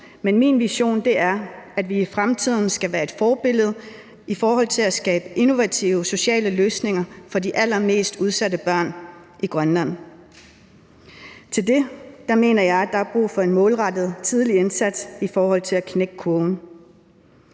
men min vision er, at vi i fremtiden skal være et forbillede i forhold til at skabe innovative sociale løsninger for de allermest udsatte børn i Grønland. Til det mener jeg at der er brug for en målrettet tidlig indsats for at knække kurven.